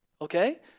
Okay